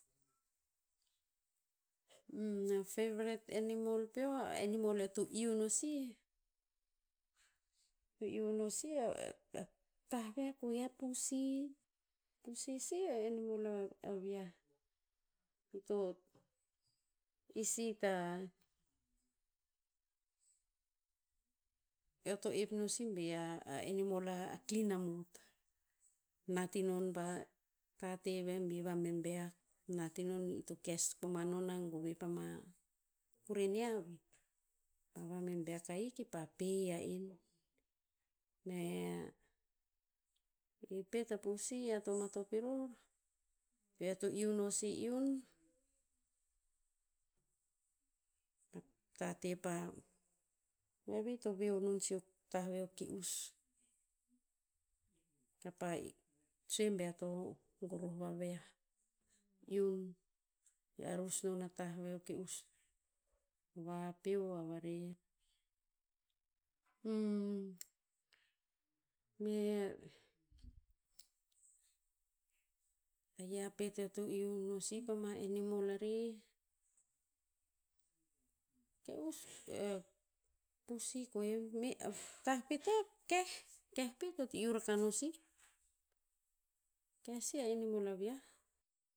a feveret animal peo, a animal eo to iu no sih to iu no sih a, tah ve koeh a pusi. Pusi sih a animal a vi'ah. Ito, i si ta eo to ep no si bi i a, a animal a klin amot. Nat inon pa, tate ve bi vabebeak, nat inon ito kes koman non a gove pama, kuren nia veh. Pa vabebeak ahik ki pa pe ha en. Mea, i pet a pusi ea to matop eror, ve eo to iu no si iun, a tate pa, ve ve ito veo non si o tah ve o ke'us. Kapa sue bea to goroh vaviah iun. Bi arus non o tah ve o ke'us. Vapeo a varer. mea, tayiah pet ep to iu no si pama animal rarih, ke'us pusi koeh me a tah pet e keh. Keh pet eo to iu rakah no sih. Keh si a animal a vi'ah.